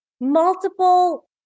multiple